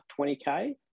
20K